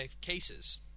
cases